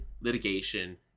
litigation